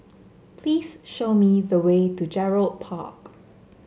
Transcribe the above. please show me the way to Gerald Park